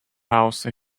house